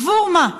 עבור מה?